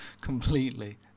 completely